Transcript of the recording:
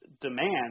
demand